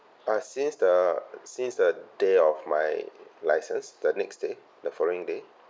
uh since the since the day of my licence the next day the following day